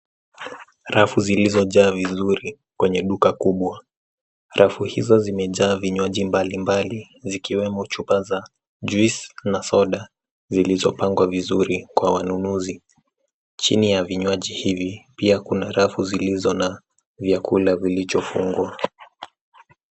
Rafu zilizojaa vizuri kwenye duka kubwa. Rafu hizo zimejaa vinywaji mbalimbali zikiwemo chupa za cs[juice]cs na soda zilizopangwa vizuri kwa wanunuzi. Chini ya vinywaji hivi pia kuna rafu zilizo na vyakula vilichofungwa.